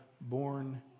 born